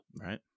Right